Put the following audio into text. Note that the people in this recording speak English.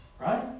Right